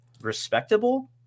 respectable